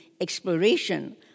exploration